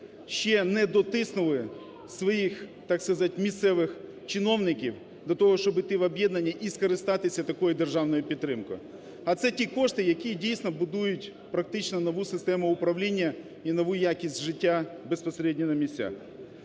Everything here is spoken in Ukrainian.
ще не дотиснули своїх, так сказати, місцевих чиновників до того, щоб іти в об'єднання і скористатися такою державною підтримкою. А це ті кошти, які дійсно будують практично нову систему управління і нову якість життя безпосередньо на місцях.